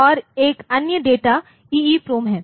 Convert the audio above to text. और एक अन्य डेटा EEPROM है